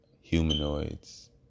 humanoids